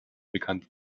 bekannt